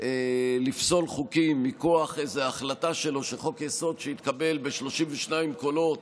לפסול חוקים מכוח איזו החלטה שלו שחוק-יסוד שהתקבל ב-32 קולות